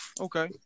Okay